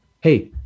hey